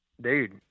dude